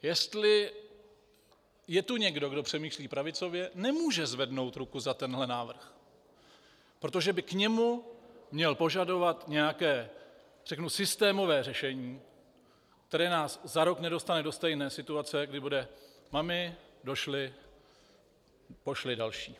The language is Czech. Jestli je tu někdo, kdo přemýšlí pravicově, nemůže zvednout ruku za tento návrh, protože by k němu měl požadovat nějaké systémové řešení, které nás za rok nedostane do stejné situace, kdy bude mami, došly, pošli další.